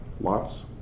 Lots